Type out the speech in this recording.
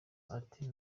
ati